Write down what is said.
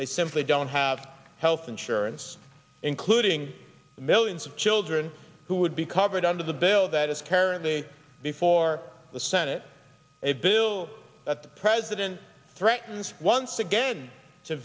simply don't have health insurance including millions of children who would be covered under the bill that is currently before the senate a bill that the president threatens once again to